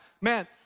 man